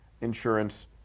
insurance